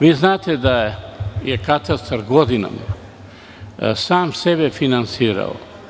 Vi znate da je katastar godinama sam sebe finansirao.